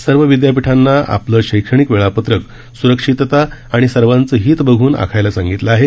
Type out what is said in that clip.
सर्व विदयापीठांना आपलं शैक्षणिक वेळापत्रक स्रक्षितता आणि सर्वांचं हित बघून आखायला सांगितलं आहे